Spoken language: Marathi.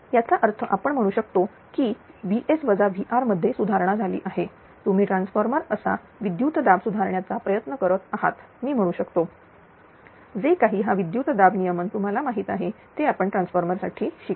याचा अर्थ आपण म्हणू शकतो की VS VRमध्ये सुधारणा झाली आहे तुम्ही ट्रान्सफॉर्मर असा विद्युतदाब सुधारण्याचा प्रयत्न करत आहात मी म्हणू शकतो जे काही हा विद्युत दाब नियमन तुम्हाला माहित आहे ते आपण ट्रान्सफॉर्मर साठी शिकलो